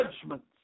judgments